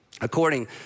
according